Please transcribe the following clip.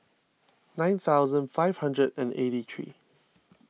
nine thousand five hundred and eighty three